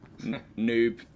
noob